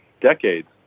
decades